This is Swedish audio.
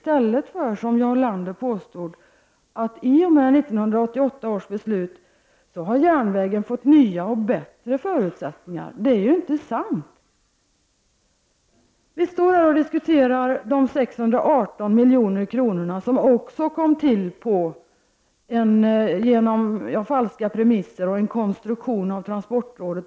Jarl Lander påstod att järnvägen i och med 1988 års beslut har fått nya och bättre förutsättningar. Detta är inte sant! Vi står här och diskuterar de 618 miljoner som också kom till genom falska premisser och en konstruktion av transportrådet.